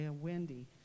Wendy